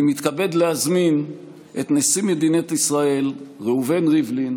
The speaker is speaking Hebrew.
אני מתכבד להזמין את נשיא מדינת ישראל ראובן ריבלין